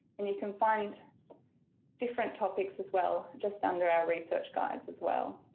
and you can find different topics as well just under our research guides as well.